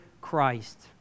Christ